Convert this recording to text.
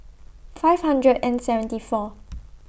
five hundred and seventy four